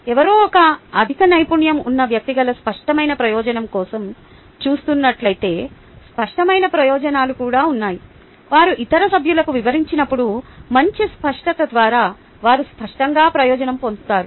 ఎవరో ఒక అధిక నైపుణ్యం ఉన్న వ్యక్తుల స్పష్టమైన ప్రయోజనం కోసం చూస్తున్నట్లయితే స్పష్టమైన ప్రయోజనాలు కూడా ఉన్నాయి వారు ఇతర సభ్యులకు వివరించినప్పుడు మంచి స్పష్టత ద్వారా వారు స్పష్టంగా ప్రయోజనం పొందుతారు